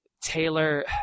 Taylor